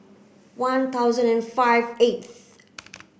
one thousand and five eighth